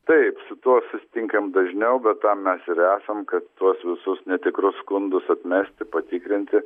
taip su tuo susitinkam dažniau bet tam mes esam kad tuos visus netikrus skundus atmesti patikrinti